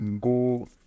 go